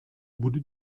wurde